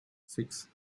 six